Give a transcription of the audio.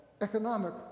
economic